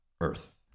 earth